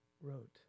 wrote